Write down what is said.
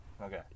Okay